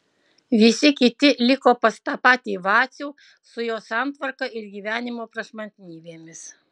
visi kiti liko pas tą patį vacių su jo santvarka ir gyvenimo prašmatnybėmis